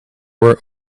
were